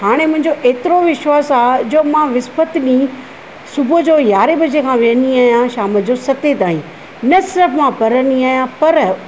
हाणे मुंहिंजो एतिरो विश्वासु आहे जो मां विस्पत ॾींहुं सुबुह जो यारहें बजे खां वेंदी आहियां शाम जो सते ताईं न सिर्फ़ु मां पढंदी आहियां पर